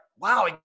Wow